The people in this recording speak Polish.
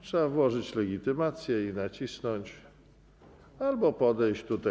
Trzeba włożyć legitymację i nacisnąć albo podejść tutaj.